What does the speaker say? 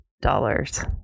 dollars